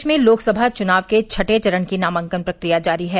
प्रदेश में लोकसभा चुनाव के छठें चरण की नामांकन प्रक्रिया जारी है